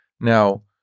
Now